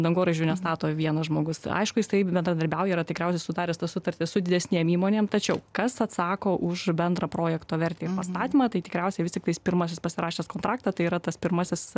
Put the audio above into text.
dangoraižių nestato vienas žmogus aišku jis taip bendradarbiauja yra tikriausiai sudaręs sutartis su didesnėm įmonėm tačiau kas atsako už bendrą projekto vertė statymą tai tikriausiai vis tiktais pirmasis pasirašęs kontraktą tai yra tas pirmasis